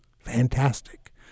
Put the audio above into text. fantastic